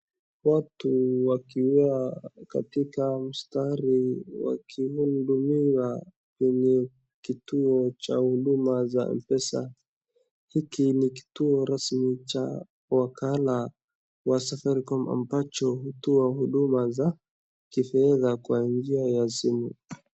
Watu wakiwa katika mstari wakihudumiwa kwenye kituo cha huduma cha mpesa. Hiki ni kituo rasmi cha wakala wa safaricom ambacho hutoa huduma za kifedha kwa njia ya simu.